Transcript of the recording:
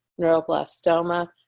neuroblastoma